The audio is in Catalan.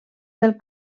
del